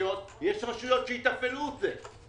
המקומיות - יש רשויות שיתפעלו את זה.